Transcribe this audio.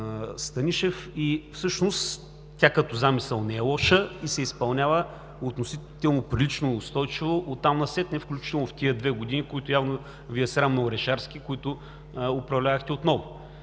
Станишев, и всъщност тя като замисъл не е лоша и се изпълнява относително прилично и устойчиво. Оттам насетне, включително в тези две години, в които явно Ви е срам от Орешарски, в които управлявахте отново,